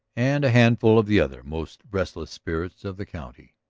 and a handful of the other most restless spirits of the county.